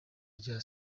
rya